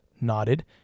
nodded